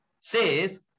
says